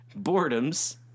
Boredoms